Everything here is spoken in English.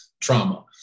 trauma